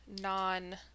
non